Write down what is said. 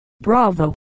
Bravo